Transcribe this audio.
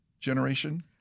generation